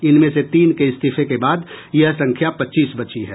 इनमें से तीन के इस्तीफे के बाद यह संख्या पच्चीस बची है